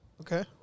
Okay